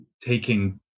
taking